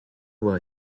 avoir